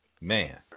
Man